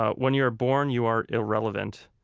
ah when you are born, you are irrelevant.